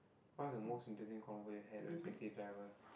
what's the most interesting convo you had with taxi driver